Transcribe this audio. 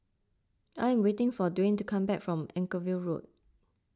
I am waiting for Dwane to come back from Anchorvale Road